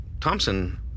Thompson